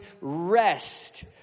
rest